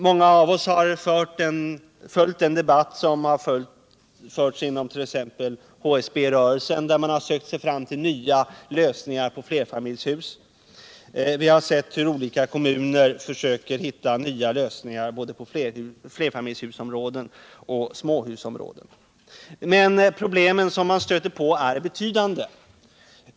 Många av oss har följt den debatt som har förts inom t.ex. HSB-rörelsen, där man har sökt sig fram till nya lösningar på flerfamiljshus, och vi har sett hur olika kommuner försöker hitta nya lösningar både på flerfamiljshusområden och på småhusområden. Men problemen som man stöter på är betydande.